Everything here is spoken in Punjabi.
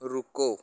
ਰੁਕੋ